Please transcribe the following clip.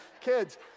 kids